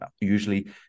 usually